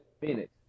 Phoenix